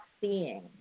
seeing